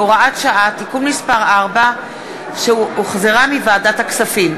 60 מתנגדים, 47 בעד, אין נמנעים.